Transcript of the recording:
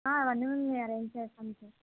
ఆ అవన్నీ మేము అరేంజ్ చేస్తాము సార్